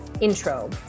intro